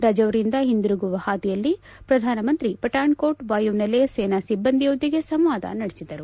ರಜೌರಿಯಿಂದ ಹಿಂದಿರುಗುವ ಹಾದಿಯಲ್ಲಿ ಪ್ರಧಾನಮಂತ್ರಿ ಪಠಾಣ್ಕೋಟ್ ವಾಯುನೆಲೆಯ ಸೇನಾ ಸಿಭ್ದಂದಿಯೊಂದಿಗೆ ಸಂವಾದ ನಡೆಸಿದರು